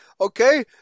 Okay